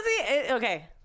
Okay